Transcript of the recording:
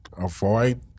avoid